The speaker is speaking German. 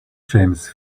james